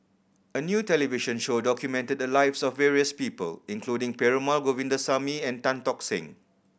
a new television show documented the lives of various people including Perumal Govindaswamy and Tan Tock Seng